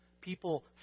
People